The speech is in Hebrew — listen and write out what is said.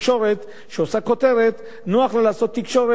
נוח לה לעשות כותרת כללית מדי,